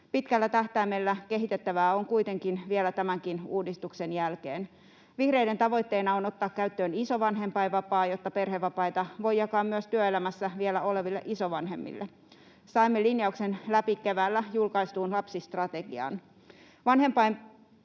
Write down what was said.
Pitkällä tähtäimellä kehitettävää on kuitenkin vielä tämänkin uudistuksen jälkeen: Vihreiden tavoitteena on ottaa käyttöön isovanhempainvapaa, jotta perhevapaita voi jakaa myös työelämässä vielä oleville isovanhemmille. Saimme linjauksen läpi keväällä julkaistuun lapsistrategiaan.